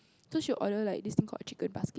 so she'll order like this thing called chicken basket